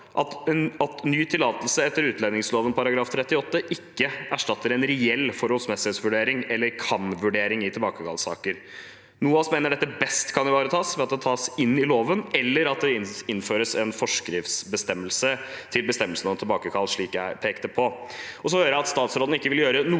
at ny tillatelse etter utlendingsloven § 38 ikke erstatter en reell forholdsmessighetsvurdering, eller kanvurdering, i tilbakekallssaker. NOAS mener dette best kan ivaretas ved at det tas inn i loven, eller at det innføres en forskriftsbestemmelse til bestemmelsene om tilbakekall, slik jeg pekte på. Jeg hører at statsråden ikke vil gjøre noen